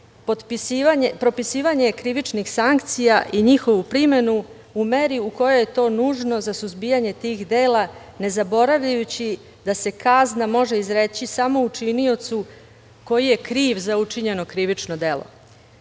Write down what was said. propisivanje krivičnih sankcija i njihovu primenu, u meri u kojoj je to nužno za suzbijanje tih dela, ne zaboravljajući da se kazna može izreći samo učiniocu koji je kriv za učinjeno krivično